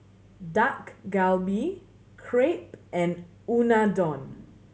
Dak Galbi Crepe and Unadon